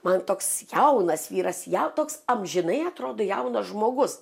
man toks jaunas vyras ją toks amžinai atrodo jaunas žmogus